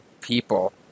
people